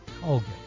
Colgate